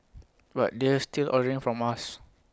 but they're still ordering from us